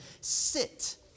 sit